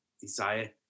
desire